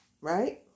right